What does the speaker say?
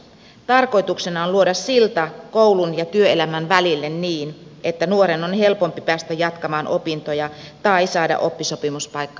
tarkoituksena on luoda silta koulun ja työelämän välille niin että nuoren on helpompi päästä jatkamaan opintoja tai saada oppisopimuspaikka itselleen